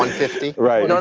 fifty? no,